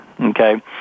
Okay